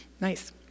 nice